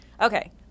Okay